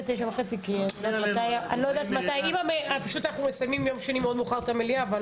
אנחנו פשוט מסיימים ביום שני מאוד מאוחר את המליאה.